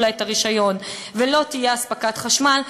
לה את הרישיון ולא תהיה אספקת חשמל,